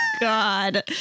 God